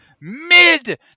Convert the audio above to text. Mid